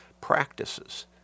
practices